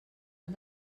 han